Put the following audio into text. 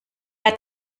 hat